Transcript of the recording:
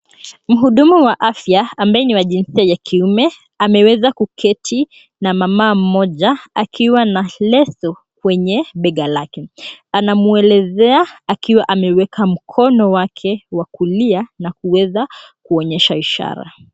Mhudumu wa afya ambaye ni wa jinsia ya kiume ameweza kuketi na mama mmoja akiwa na leso kwenye bega lake. Anamuelezea akiwa ameweka mkono wake wa kulia na kuweza kuonyesha ishara.